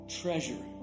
treasure